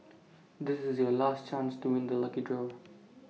this is your last chance doing the lucky draw